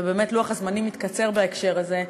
ובאמת לוח הזמנים מתקצר בהקשר הזה,